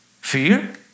Fear